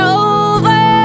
over